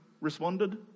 responded